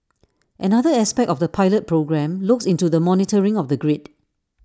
another aspect of the pilot programme looks into the monitoring of the grid